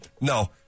No